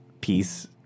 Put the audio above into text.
piece